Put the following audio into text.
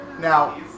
Now